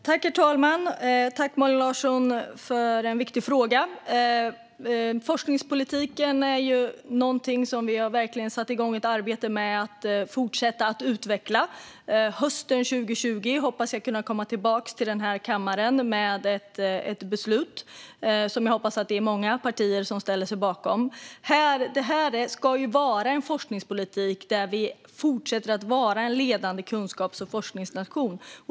Herr talman! Tack, Malin Larsson, för en viktig fråga! Forskningspolitiken är någonting som vi verkligen har satt igång ett arbete med att fortsätta att utveckla. Hösten 2020 hoppas jag att kunna komma tillbaka till kammaren med ett förslag till beslut som jag hoppas att många partier ställer sig bakom. Detta ska vara en forskningspolitik där Sverige fortsätter att vara en ledande kunskaps och forskningsnation.